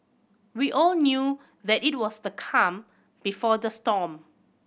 we all knew that it was the calm before the storm